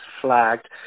flagged